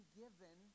given